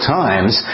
times